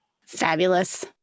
Fabulous